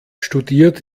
studiert